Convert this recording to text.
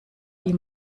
die